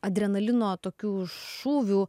adrenalino tokių šūvių